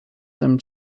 some